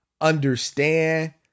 understand